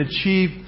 achieve